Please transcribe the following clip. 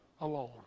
alone